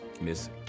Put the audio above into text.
Miss